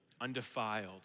undefiled